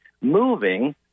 moving